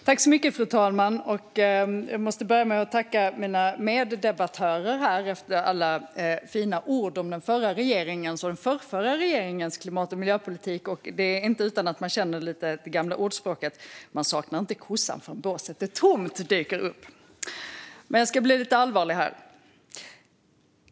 Fru talman! Jag måste börja med att tacka mina meddebattörer efter alla fina ord om den förra och förrförra regeringens klimat och miljöpolitik. Det är inte utan att det gamla ordspråket "Man saknar inte kon förrän båset är tomt" dyker upp. Men jag ska bli lite allvarlig här.